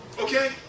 Okay